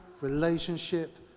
relationship